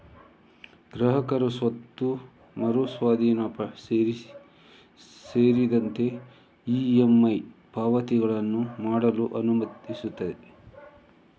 ಗ್ರಾಹಕರು ಸ್ವತ್ತು ಮರು ಸ್ವಾಧೀನ ಸೇರಿದಂತೆ ಇ.ಎಮ್.ಐ ಪಾವತಿಗಳನ್ನು ಮಾಡಲು ಅನುಮತಿಸುತ್ತದೆ